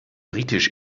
britisch